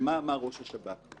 ומה אמר ראש השב"כ.